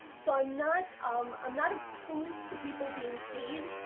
so i am not um um not opposed to people being paid.